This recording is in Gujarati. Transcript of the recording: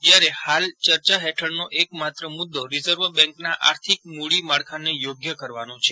જયારે હાલ ચર્ચા હેઠળનો એક માત્ર મુદ્દો રીઝર્વ બેંકના આર્થિક મૂડી માળખાને યોગ્ય કરવાનો છે